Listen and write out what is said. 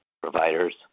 providers